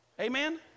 Amen